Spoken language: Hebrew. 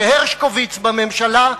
שהרשקוביץ בממשלה.